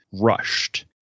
rushed